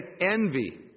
Envy